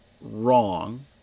wrong